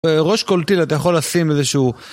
ראש קולטיל, אתה יכול לשים איזשהו...